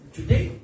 Today